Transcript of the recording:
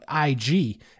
IG